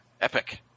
epic